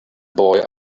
boy